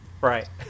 Right